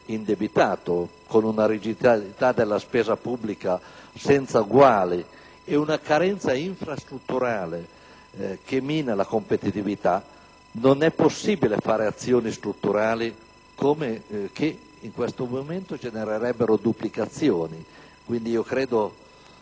indebitato, con una rigidità della spesa pubblica senza uguali e una carenza infrastrutturale che mina la competitività, non è possibile fare azioni strutturali che in questo momento genererebbero duplicazioni. Credo,